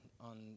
on